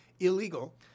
illegal